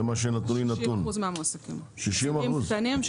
60% מהמועסקים עסקים קטנים.